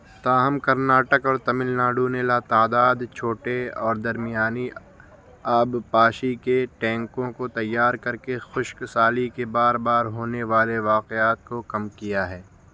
تاہم کرناٹک اور تمل ناڈو نے لاتعداد چھوٹے اور درمیانی آبپاشی کے ٹینکوں کو تیار کر کے خشک سالی کے بار بار ہونے والے واقعات کو کم کیا ہے